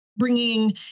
bringing